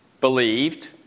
believed